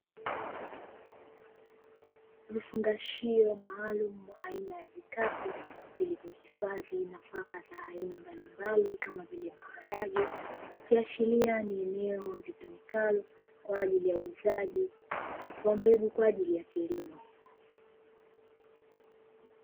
Vifungashio maalumu aina ya vikapu, vilivyohifadhi nafaka za aina mbalimbali kama vile maharage, ikiashiria ni eneo litumikalo kwa ajili ya uuzaji wa mbegu, kwa ajili ya kilimo.